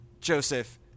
Joseph